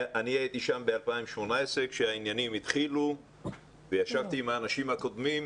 אני הייתי שם ב-2018 כשהעניינים התחילו וישבתי עם האנשים הקודמים.